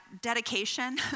dedication